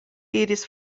iris